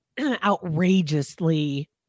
outrageously